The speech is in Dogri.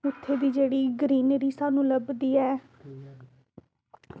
उत्थें बी जेह्ड़ी ग्रीनरी सानूं लभदी ऐ